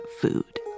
food